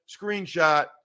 Screenshot